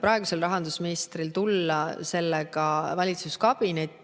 praegusel rahandusministril tulla sellega valitsuskabinetti,